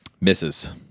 Misses